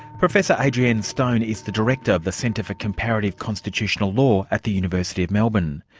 professor adrienne stone is the director of the centre for comparative constitutional law at the university of melbourne.